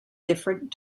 different